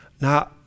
now